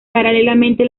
paralelamente